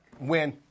win